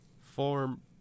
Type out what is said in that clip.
form